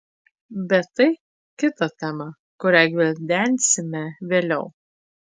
bet tai kita tema kurią gvildensime vėliau